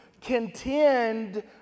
contend